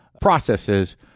processes